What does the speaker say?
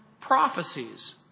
prophecies